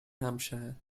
hampshire